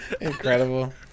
incredible